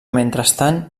mentrestant